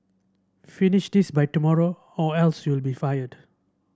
finish this by tomorrow or else you'll be fired